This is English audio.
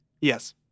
Yes